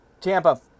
Tampa